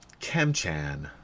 Kemchan